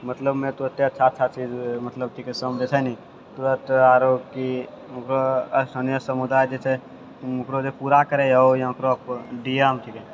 मतलबमे तुरते अच्छा अच्छा चीज मतलब सभ जे छै ने तुरत आओर की ओकरो सङ्गे समुदाय जे छै ओकरो जे पूरा करैए ओकरो डी एम छिकै